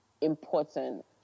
important